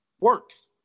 works